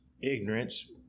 ignorance